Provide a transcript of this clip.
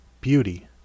beauty